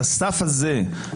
את הסף הזה,